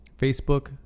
Facebook